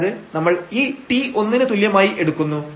അതായത് നമ്മൾ ഈ t ഒന്നിന് തുല്യമായി എടുക്കുന്നു